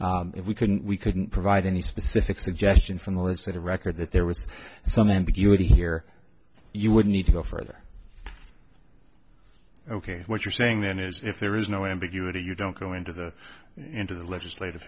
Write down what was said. if we couldn't we couldn't provide any specific suggestion from the legislative record that there was some ambiguity here you would need to go further ok what you're saying then is if there is no ambiguity you don't go into the into the legislative